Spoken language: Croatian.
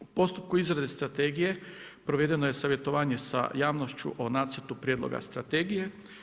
U postupku izrade strategije provedeno je savjetovanje sa javnošću o nacrtu prijedloga strategije.